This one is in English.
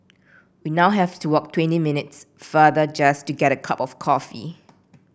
we now have to walk twenty minutes farther just to get a cup of coffee